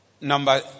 Number